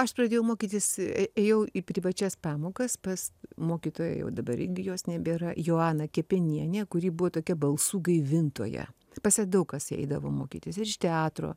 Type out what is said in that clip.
aš pradėjau mokytis ėjau į privačias pamokas pas mokytoją jau dabar irgi jos nebėra joana kepenienė kurį buvo tokia balsų gaivintoja pas ją daug kas eidavo mokytis ir iš teatro